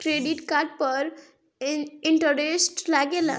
Credit card पर interest लागेला?